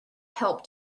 help